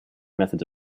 methods